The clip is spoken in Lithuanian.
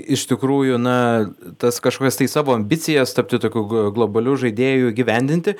iš tikrųjų na tas kažkokias tai savo ambicijas tapti tokiu g globaliu žaidėju įgyvendinti